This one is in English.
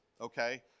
okay